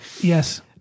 Yes